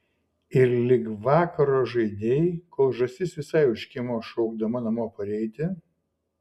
ir lig vakaro žaidei kol žąsis visai užkimo šaukdama namo pareiti